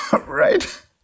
right